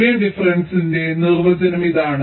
Boolean ഡിഫറെൻസിന്റെ നിർവചനം ഇതാണ്